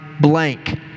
blank